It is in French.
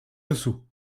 dessous